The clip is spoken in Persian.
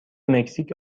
مکزیک